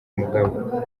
mugabo